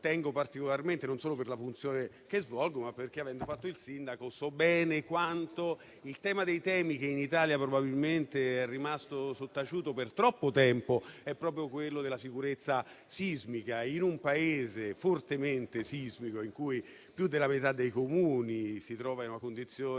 tengo particolarmente non solo per la funzione che svolgo, ma perché avendo fatto il sindaco so bene quanto il tema dei temi che in Italia probabilmente è rimasto sottaciuto per troppo tempo sia proprio quello della sicurezza sismica, in un Paese fortemente sismico, in cui più della metà dei Comuni si trova in una condizione